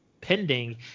pending